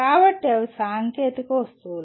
కాబట్టి అవి సాంకేతిక వస్తువులు